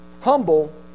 humble